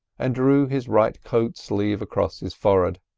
and drew his right coat sleeve across his forehead.